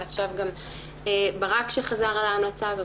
ועכשיו גם של עו"ד ברק לייזר שחזר על הדברים האלה,